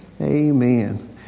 Amen